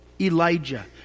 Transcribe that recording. Elijah